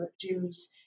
Jews